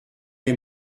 les